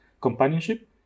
companionship